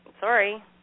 sorry